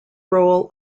role